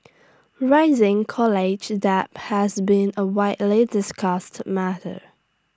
rising college debt has been A widely discussed matter